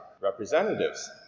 representatives